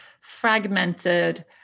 fragmented